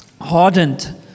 hardened